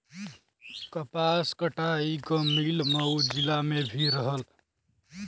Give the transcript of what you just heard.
कपास कटाई क मिल मऊ जिला में भी रहल